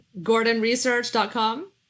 gordonresearch.com